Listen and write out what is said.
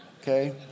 okay